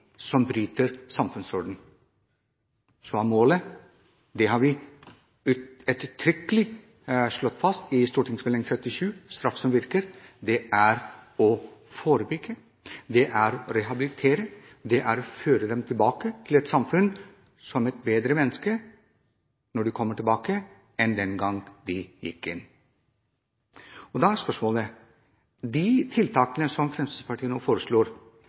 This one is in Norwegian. som bryter samfunnsordenen. Målet er – det har vi ettertrykkelig slått fast i St.meld. nr. 37 for 2007–2008 om straff som virker – å forebygge, å rehabilitere, å føre dem tilbake til samfunnet som bedre mennesker enn den gang de gikk inn i fengselet. Da er spørsmålet om de tiltakene som Fremskrittspartiet nå foreslår,